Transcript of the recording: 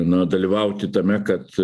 na dalyvauti tame kad